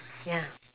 ya